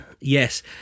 yes